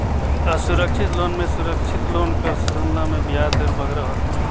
असुरक्छित लोन में सुरक्छित लोन कर तुलना में बियाज दर बगरा होथे